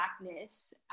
blackness